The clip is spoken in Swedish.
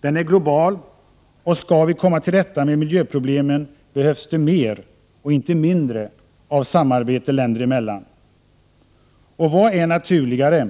Den politiken är global. Skall vi kunna komma till rätta med miljöproblemen behövs det mer och inte mindre samarbete länderna emellan. Vad är då naturligare